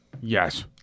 Yes